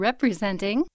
Representing